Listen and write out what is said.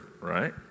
right